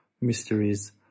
mysteries